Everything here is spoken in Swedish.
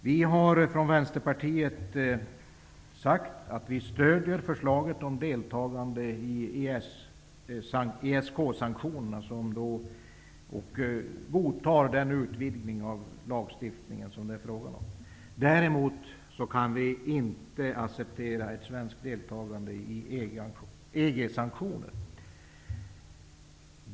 Vi har från Vänsterpartiet sagt att vi stöder förslaget om deltagande i ESK-sanktionerna och godtar den utvidgning av lagstiftningen som det är fråga om. Däremot kan vi inte acceptera ett svenskt deltagande i EG-sanktioner.